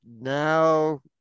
now